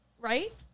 right